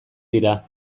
dira